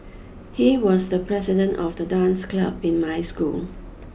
he was the president of the dance club in my school